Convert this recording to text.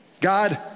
God